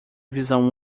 visão